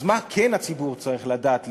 אז מה כן הציבור צריך לדעת?